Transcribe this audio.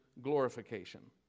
glorification